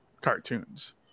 cartoons